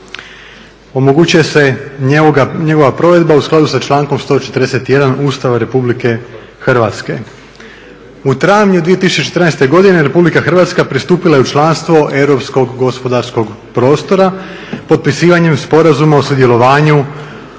omogućuje se njegova provedba u skladu sa člankom 141. Ustava RH. U travnju 2014. godine RH pristupila je u članstvo europskog gospodarskog prostora potpisivanjem sporazuma o sudjelovanju